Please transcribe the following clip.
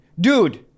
Dude